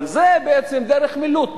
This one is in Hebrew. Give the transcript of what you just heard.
אבל זה בעצם דרך מילוט,